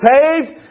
saved